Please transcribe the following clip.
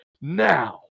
now